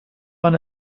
man